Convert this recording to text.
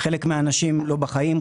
חלק מהאנשים לא בחיים,